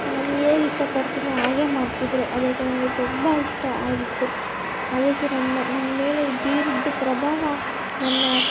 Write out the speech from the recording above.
ನಾನು ಹೇಗೆ ಇಷ್ಟ ಪಡ್ತಿದ್ದೆನೋ ಹಾಗೆಯೇ ಮಾಡ್ತಿದ್ರು ಅದಕ್ಕೆ ನನಗೆ ತುಂಬ ಇಷ್ಟ ಆಗಿತ್ತು ಅದಕ್ಕೆ ನನ್ನ ನನ್ಮೇಲೆ ಬೀರಿದ ಪ್ರಭಾವ ನನ್ನ